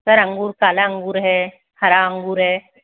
sir अंगूर काला अंगूर है हरा अंगूर है